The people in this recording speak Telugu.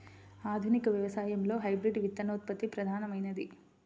ఆధునిక వ్యవసాయంలో హైబ్రిడ్ విత్తనోత్పత్తి ప్రధానమైనది